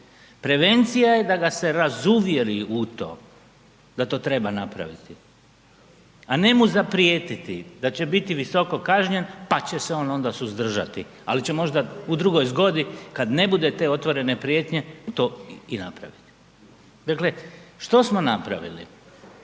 Prevencija je da ga se razuvjeri u to da to treba napraviti, a ne mu zaprijetiti da će biti visoko kažnjen pa će se on onda suzdržati. Ali će možda u drugoj zgodi kad ne bude te otvorene prijetnje to i napraviti. Dakle, što smo napravili?